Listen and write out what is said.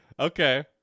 Okay